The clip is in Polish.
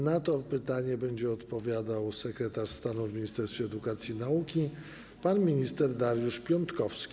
Na to pytanie będzie odpowiadał sekretarz stanu w Ministerstwie Edukacji i Nauki pan minister Dariusz Piontkowski.